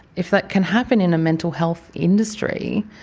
if that can happen in a mental health industry,